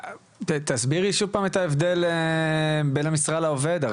תסבירי שוב פעם את ההבדל בין המשרה לעובד,